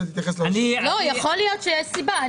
ינון, יכול להיות שיש סיבה.